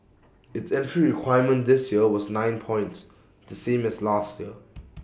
its entry requirement this year was nine points the same as last year